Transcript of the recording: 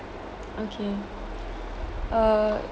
okay uh